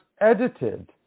edited